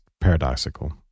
paradoxical